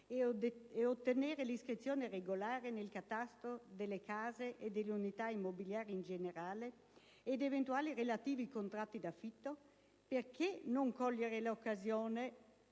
e ottenere l'iscrizione regolare nel catasto delle case e delle unità immobiliari in generale ed eventuali relativi contratti d'affitto, perché non cogliere le